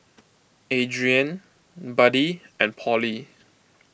Adriene Buddie and Pollie